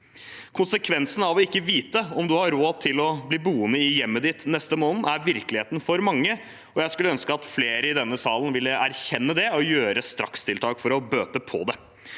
Konsekvensen av ikke å vite om du har råd til å bli boende i hjemmet ditt neste måned er virkeligheten for mange, og jeg skulle ønske at flere i denne salen ville erkjenne det og gjøre strakstiltak for å bøte på det.